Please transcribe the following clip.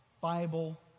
Bible